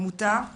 עמותת